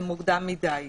מוקדם מדי.